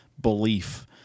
belief